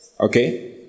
Okay